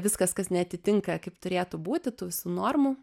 viskas kas neatitinka kaip turėtų būti tų normų